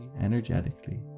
energetically